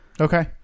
Okay